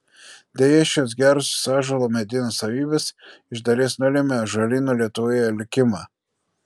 deja šios gerosios ąžuolo medienos savybės iš dalies nulėmė ąžuolynų lietuvoje likimą